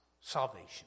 salvation